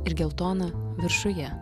ir geltona viršuje